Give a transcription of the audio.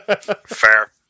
Fair